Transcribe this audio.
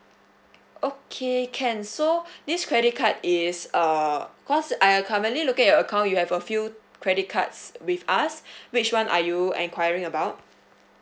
okay can so this credit card is uh cause I am currently looking at your account you have a few credit cards with us which one are you enquiry about